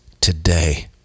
today